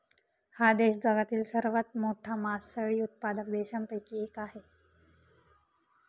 हा देश जगातील सर्वात मोठा मासळी उत्पादक देशांपैकी एक आहे